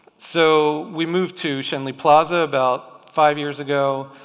so we moved to schenley plaza about five years ago.